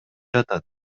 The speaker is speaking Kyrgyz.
жатат